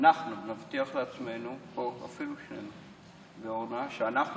אנחנו נבטיח לעצמנו, או אפילו לאורנה, שאנחנו